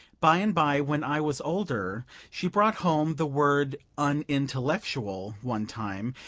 by and by, when i was older, she brought home the word unintellectual, one time,